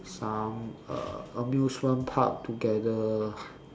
some uh amusement park together